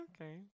Okay